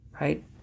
Right